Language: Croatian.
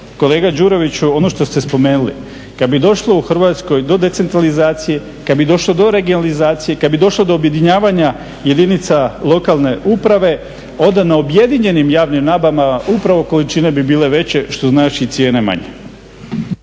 kolega Đuroviću ono što ste spomenuli, kad bi došlo u Hrvatskoj do decentralizacije, kad bi došlo do regionalizacije, kad bi došlo do objedinjavanja jedinica lokalne uprave onda na objedinjenim javnim nabavama upravo količine bi bile veće što znači i cijene manje.